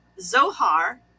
Zohar